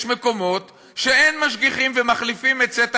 יש מקומות שאין משגיחים, ומחליפים את סט הכלים,